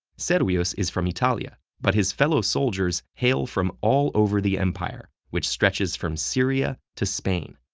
servius is from italia, but his fellow soldiers hail from all over the empire, which stretches from syria to spain.